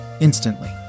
Instantly